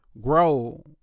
Grow